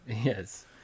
Yes